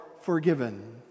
forgiven